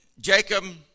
Jacob